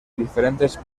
diferentes